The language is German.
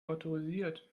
autorisiert